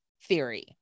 theory